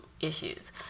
issues